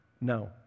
No